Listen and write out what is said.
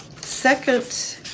second